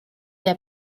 der